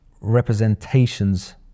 representations